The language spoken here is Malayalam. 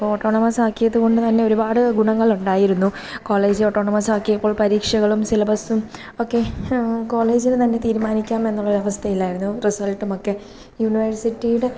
ഓട്ടോണോമസ്സാക്കിയതു കൊണ്ടു തന്നെ ഒരുപാട് ഗുണങ്ങളുണ്ടായിരുന്നു കോളേജ് ഓട്ടോണോമസ്സാക്കിയപ്പോൾ പരീക്ഷകളും സിലബസ്സും ഒക്കെ കോളേജിനു തന്നെ തീരുമാനിക്കാമെന്നുള്ള ഒരവസ്ഥയിലായിരുന്നു റിസൾട്ടുമൊക്കെ യൂണിവേഴ്സിറ്റിയുടെ